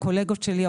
הקולגות שלי,